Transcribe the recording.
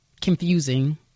Confusing